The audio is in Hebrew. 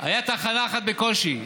הייתה תחנה אחת בקושי.